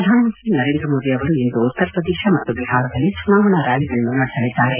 ಪ್ರಧಾನಮಂತ್ರಿ ನರೇಂದ್ರ ಮೋದಿ ಅವರು ಇಂದು ಉತ್ತರಪ್ರದೇಶ ಮತ್ತು ಬಿಹಾರದಲ್ಲಿ ಚುನಾವಣಾ ರ್ಕಾಲಿಗಳನ್ನು ನಡೆಸಲಿದ್ದಾರೆ